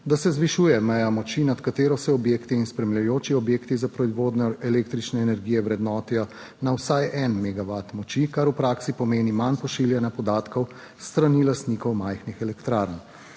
da se zvišuje meja moči nad katero se objekti in spremljajoči objekti za proizvodnjo električne energije vrednotijo na vsaj en megavat moči, kar v praksi pomeni manj pošiljanja podatkov s strani lastnikov majhnih elektrarn.